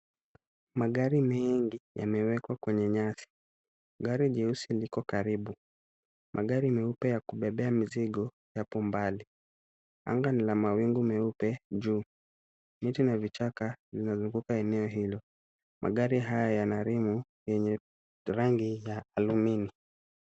Magari mengi yamewekwa kwenye nyasi. Gari jeusi liko karibu. Magari meupe ya kubebea mizigo yapo mbali. Anga ni la mawingu meupe juu. Miti na vichaka vinazunguka eneo hilo. Magari haya yana rimu yenye rangi ya alumini .